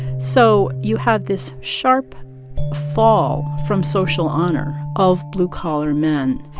so you have this sharp fall from social honor of blue-collar men,